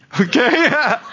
Okay